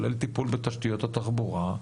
טיפול בתחבורה,